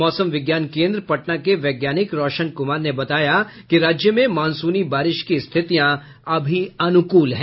मौसम विज्ञान केन्द्र पटना के वैज्ञानिक रौशन कुमार ने बताया कि राज्य में मॉनसूनी बारिश की स्थितियां अभी अनुकूल हैं